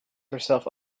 herself